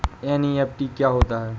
NEFT क्या होता है?